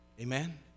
Amen